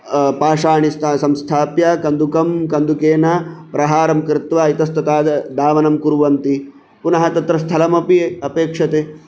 पाशाणि स्ता संस्थाप्य कन्दुकं कन्दुकेन प्रहारं कृत्वा इतस्ततः धावनं कुर्वन्ति पुनः तत्र स्थलमपि अपेक्षते